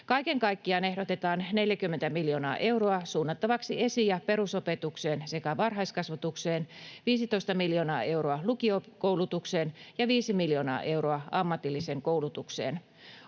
Kaiken kaikkiaan ehdotetaan 40 miljoonaa euroa suunnattavaksi esi- ja perusopetukseen sekä varhaiskasvatukseen, 15 miljoonaa euroa lukiokoulutukseen ja 5 miljoonaa euroa ammatilliseen koulutukseen.